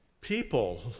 People